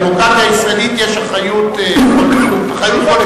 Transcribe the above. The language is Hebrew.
אבל בדמוקרטיה הישראלית יש אחריות קולקטיבית,